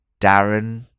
Darren